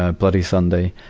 ah bloody sunday.